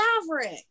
Maverick